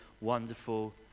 wonderful